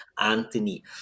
Anthony